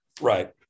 Right